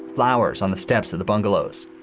flowers on the steps of the bungalows,